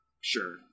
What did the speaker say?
Sure